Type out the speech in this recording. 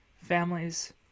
families